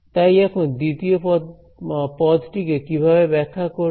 তাই এখন দ্বিতীয় পদটি কে কিভাবে ব্যাখ্যা করব